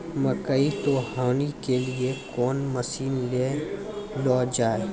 मकई तो हनी के लिए कौन मसीन ले लो जाए?